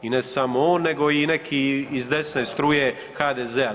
I ne samo on, nego i neki iz desne struje HDZ-a.